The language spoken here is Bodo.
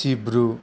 सिब्रु